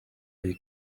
salt